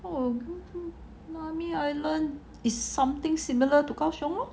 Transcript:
oh nami island is something similar to gaoxiong loh